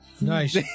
Nice